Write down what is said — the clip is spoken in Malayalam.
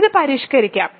ഇത് പരിഷ്ക്കരിക്കാം